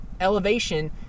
Elevation